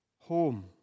home